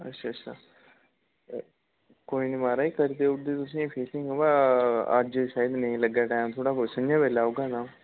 अच्छा अच्छा कोई निं माराज करी देई ओड़गे तुसें ई फिटिंग बा अज्ज शायद नेईं लग्गै टाईम थोह्ड़ा कोई संञै बेल्लै औह्गा अ'ऊं